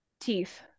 Teeth